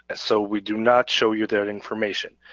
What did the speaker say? and so we do not show you their information.